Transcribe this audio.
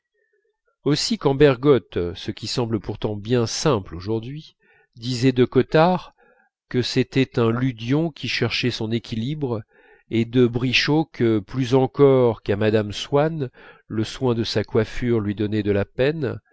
aussi quand bergotte ce qui semble pourtant bien simple aujourd'hui disait de cottard que c'était un ludion qui cherchait son équilibre et de brichot que plus encore qu'à mme swann le soin de sa coiffure lui donnait de la peine